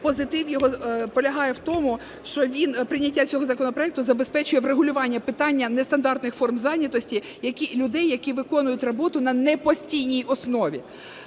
Позитив його полягає в тому, що він, прийняття цього законопроекту забезпечує врегулювання питання нестандартних форм зайнятості людей, які виконують роботу на непостійній основі.